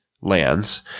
lands